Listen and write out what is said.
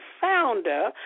founder